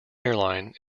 airline